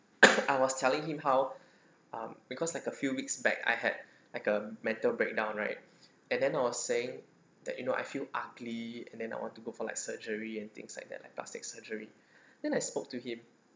I was telling him how um because like a few weeks back I had like a mental breakdown right and then I was saying that you know I feel ugly and then I want to go for like surgery and things like that like plastic surgery then I spoke to him